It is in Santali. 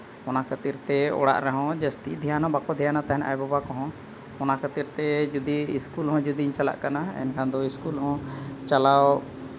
ᱚᱱᱟ ᱠᱷᱟᱹᱛᱤᱨ ᱛᱮ ᱚᱲᱟᱜ ᱨᱮᱦᱚᱸ ᱡᱟᱹᱥᱛᱤ ᱫᱷᱮᱭᱟᱱ ᱦᱚᱸ ᱵᱟᱠᱚ ᱫᱷᱮᱭᱟᱱᱮᱜ ᱛᱟᱦᱮᱱ ᱟᱭᱳᱼᱵᱟᱵᱟ ᱠᱚᱦᱚᱸ ᱚᱱᱟ ᱠᱷᱟᱹᱛᱤᱨ ᱛᱮ ᱡᱩᱫᱤ ᱥᱠᱩᱞ ᱦᱚᱸ ᱡᱩᱫᱤᱧ ᱪᱟᱞᱟᱜ ᱠᱟᱱᱟ ᱮᱱᱠᱷᱟᱱ ᱫᱚ ᱥᱠᱩᱞ ᱦᱚᱸ ᱪᱟᱞᱟᱣ